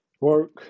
work